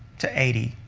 to eighty,